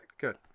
good